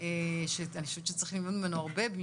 שאני חושבת שצריך ללמוד ממנו הרבה,